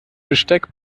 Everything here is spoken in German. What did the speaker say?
besteck